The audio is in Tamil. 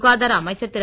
சுகாதார அமைச்சர் திரு